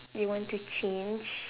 you want to change